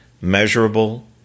measurable